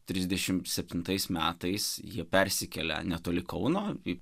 trisdešimt septintais metais jie persikelia netoli kauno į